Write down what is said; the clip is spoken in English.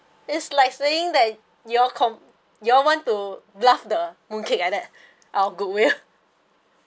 it's like saying that you all come you all want to bluff the mooncake like that our goodwill